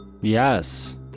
Yes